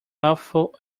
mouthful